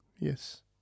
Yes